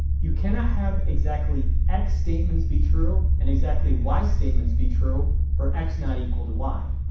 you cannot have exactly x statements be true and exactly y statements be true for x not equal to y.